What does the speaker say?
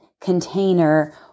container